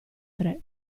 tre